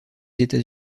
états